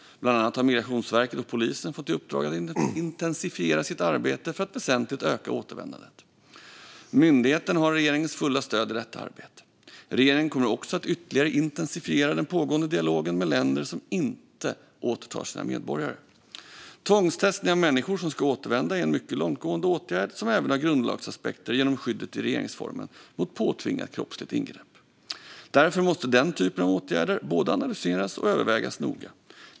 Bland annat har Migrationsverket och polisen fått i uppdrag att intensifiera sitt arbete för att väsentligt öka återvändandet. Myndigheterna har regeringens fulla stöd i detta arbete. Regeringen kommer också att ytterligare intensifiera den pågående dialogen med länder som inte återtar sina medborgare. Tvångstestning av människor som ska återvända är en mycket långtgående åtgärd som även har grundlagsaspekter genom skyddet i regeringsformen mot påtvingat kroppsligt ingrepp. Därför måste den typen av åtgärder både analyseras och övervägas noga.